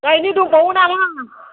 गायनो दंबावो नामा